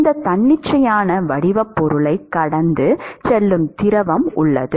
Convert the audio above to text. இந்த தன்னிச்சையான வடிவப் பொருளைக் கடந்து செல்லும் திரவம் உள்ளது